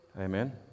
Amen